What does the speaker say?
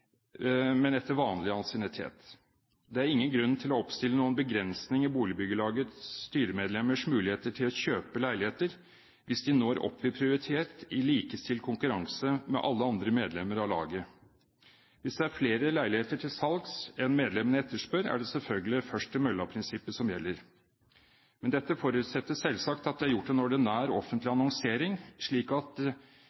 vanlig ansiennitet. Det er ingen grunn til å oppstille noen begrensninger i boligbyggelagets styremedlemmers mulighet til å kjøpe leiligheter hvis de når opp i prioritet i likestilt konkurranse med alle andre medlemmer av laget. Hvis det er flere leiligheter til salgs enn medlemmene etterspør, er det selvfølgelig først-til-mølla-prinsippet som gjelder. Men dette forutsetter selvsagt at det er gjort en ordinær offentlig